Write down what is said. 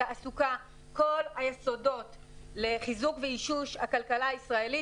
תעסוקה - כל היסודות לחיזוק ואישוש הכלכלה הישראלית